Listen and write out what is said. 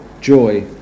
joy